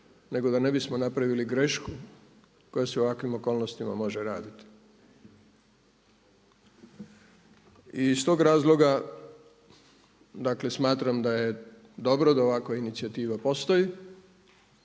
nego da ne bismo napravili grešku koja se u ovakvim okolnostima može raditi. I iz tog razloga, dakle smatram da je dobro da ovakva inicijativa postoji,